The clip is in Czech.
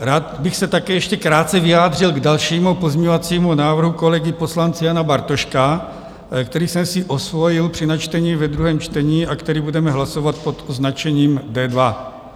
Rád bych se také ještě krátce vyjádřil k dalšímu pozměňovacímu návrhu kolegy poslance Jana Bartoška, který jsem si osvojil při načtení ve druhém čtení a který budeme hlasovat pod označením D2.